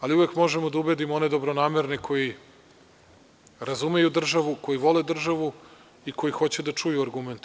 Ali, uvek možemo da ubedimo one dobronamerne koji razumeju državu, koji vole državu i koji hoće da čuju argumente.